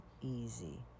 easy